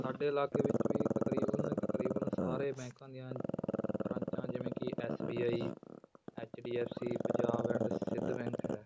ਸਾਡੇ ਇਲਾਕੇ ਵਿੱਚ ਵੀ ਤਕਰੀਬਨ ਤਕਰੀਬਨ ਸਾਰੇ ਬੈਂਕਾਂ ਦੀਆਂ ਬ੍ਰਾਂਚਾਂ ਜਿਵੇਂ ਕਿ S B I H D F C Punjab and Sind bank ਹੈ